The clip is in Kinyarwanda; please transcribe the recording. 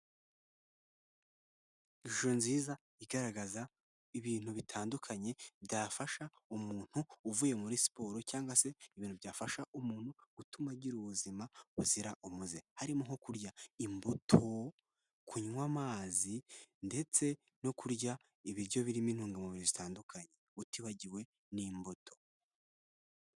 Ishusho nziza igaragaza ibintu bitandukanye byafasha umuntu uvuye muri siporo, cyangwa se ibintu byafasha umuntu gutuma agira ubuzima buzira umuze, harimo nko kurya imbuto, kunywa amazi ndetse no kurya ibiryo birimo intungamubiri zitandukanye, utibagiwe n'imbuto.